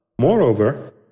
Moreover